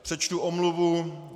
Přečtu omluvu.